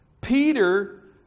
Peter